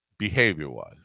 behavior-wise